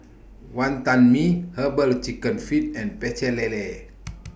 Wantan Mee Herbal Chicken Feet and Pecel Lele